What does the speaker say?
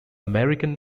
american